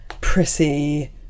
prissy